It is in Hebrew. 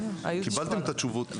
קיבלתם את התשובות.